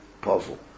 puzzle